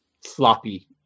sloppy